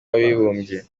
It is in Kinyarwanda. w’abibumbye